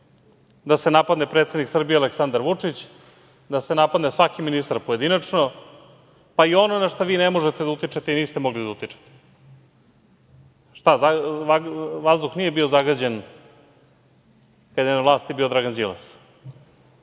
da se napadne predsednik Srbije Aleksandar Vučić, da se napadne svaki ministar pojedinačno, pa i ono na šta vi ne možete da utičete i niste mogli da utičete. Šta, vazduh nije bio zagađen kad je na vlasti bio Dragan Đilas?